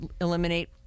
eliminate